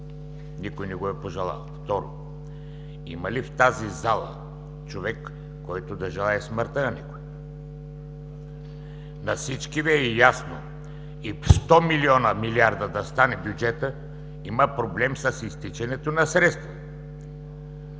Никой не го е пожелал. Второ, има ли в тази зала човек, който да желае смъртта на някого? На всички Ви е ясно – и 100 милиона да стане бюджетът, има проблем с изтичането на средства.